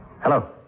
Hello